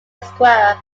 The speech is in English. esquire